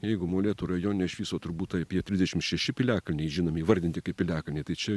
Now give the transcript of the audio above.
jeigu molėtų rajone iš viso turbūt apie trisdešimt šeši piliakalniai žinomi įvardinti kaip piliakalniai tai čia